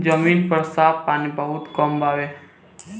जमीन पर साफ पानी बहुत कम बावे